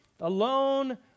alone